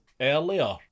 earlier